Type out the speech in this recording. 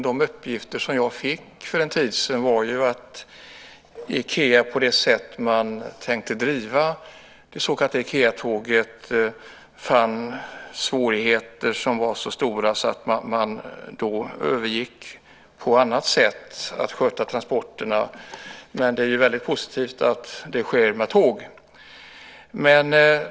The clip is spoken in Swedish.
De uppgifter som jag för en tid sedan fått är att Ikea när det gäller det sätt på vilket man tänkt driva det så kallade Ikeatåget funnit att det var så stora svårigheter att man övergick till ett annat sätt att sköta transporterna. Men det är väldigt positivt att det sker med tåg.